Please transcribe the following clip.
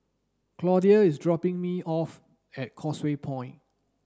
Claudia is dropping me off at Causeway Point